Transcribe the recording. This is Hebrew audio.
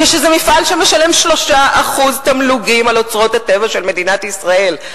כשזה מפעל שמשלם 3% תמלוגים על אוצרות הטבע של מדינת ישראל,